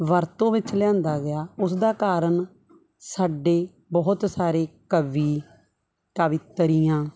ਵਰਤੋਂ ਵਿੱਚ ਲਿਆਂਦਾ ਗਿਆ ਉਸ ਦਾ ਕਾਰਨ ਸਾਡੇ ਬਹੁਤ ਸਾਰੇ ਕਵੀ ਕਵਿਤਰੀਆਂ